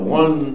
one